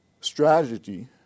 strategy